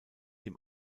dem